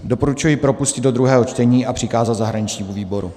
Doporučuji propustit do druhého čtení a přikázat zahraničnímu výboru.